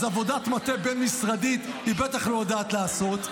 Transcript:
אז עבודת מטה בין-משרדית היא בטח לא יודעת לעשות.